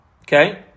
okay